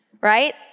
right